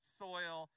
soil